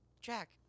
Jack